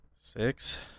Six